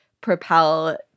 propel